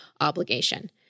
obligation